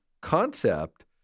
concept